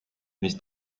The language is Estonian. mis